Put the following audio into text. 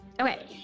Okay